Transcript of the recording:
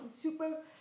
Super